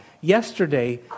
Yesterday